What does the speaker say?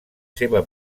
seva